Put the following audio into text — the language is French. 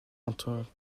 entre